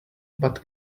but